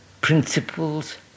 principles